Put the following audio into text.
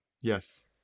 Yes